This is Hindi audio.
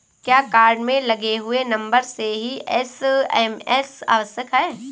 क्या कार्ड में लगे हुए नंबर से ही एस.एम.एस आवश्यक है?